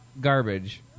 garbage